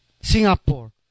Singapore